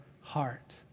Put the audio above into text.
heart